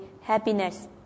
happiness